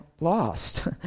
lost